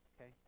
Okay